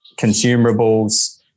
consumables